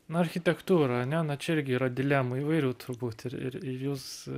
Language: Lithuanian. na architektūra ane na čia irgi yra dilemų įvairių turbūt ir ir ir jūs